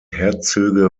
herzöge